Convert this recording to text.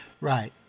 Right